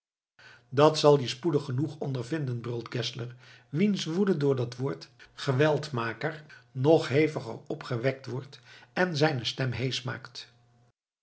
dat zal je spoedig genoeg ondervinden brult geszler wiens woede door dat woord geweldmaker nog heviger opgewekt wordt en zijne stem heesch